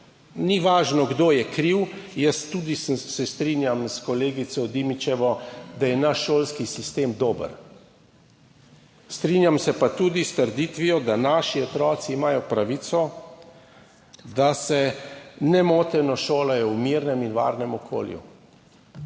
Ni važno, kdo je kriv, jaz se tudi strinjam s kolegico Dimičevo, da je naš šolski sistem dober. Strinjam se pa tudi s trditvijo, da naši otroci imajo pravico, da se nemoteno šolajo v mirnem in varnem okolju.